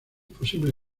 posible